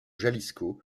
jalisco